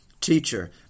teacher